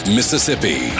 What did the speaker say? Mississippi